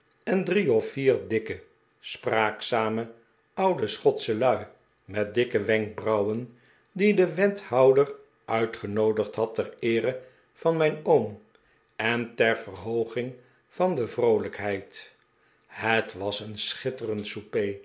en drie of vier dikke spraakzame oude schotsche lui met dikke wenkbrauwen die de wethouder uitgenoodigd had ter eere van mijn oom en ter verhooging van de vroolijkheid het was een schitterend